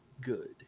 good